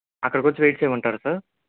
అక్కడకొచ్చి wait చెయ్యమంటారా sir